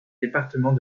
département